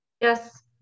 Yes